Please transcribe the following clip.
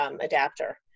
adapter